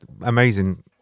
amazing